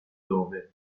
dove